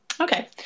Okay